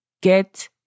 Get